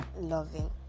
loving